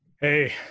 Hey